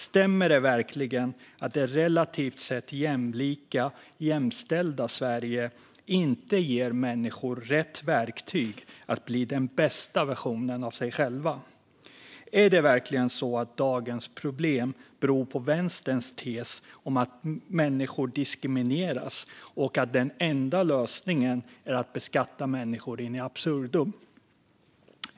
Stämmer det verkligen att det relativt sett jämlika, jämställda Sverige inte ger människor rätt verktyg för att bli den bästa versionen av sig själva? Är det verkligen så att dagens problem beror på vänsterns tes om att människor diskrimineras och att den enda lösningen är att beskatta människor in absurdum?